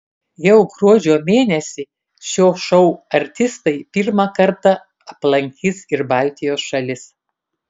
jau gruodžio mėnesį šio šou artistai pirmą kartą aplankys ir baltijos šalis